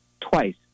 twice